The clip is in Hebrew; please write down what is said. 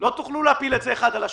לא תוכלו להפיל את זה אחד על השני.